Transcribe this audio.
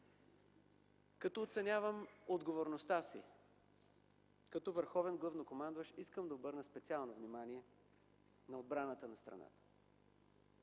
Оценявайки отговорността си като върховен главнокомандващ, искам да обърна специално внимание на отбраната на страната.